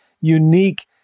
unique